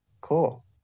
Cool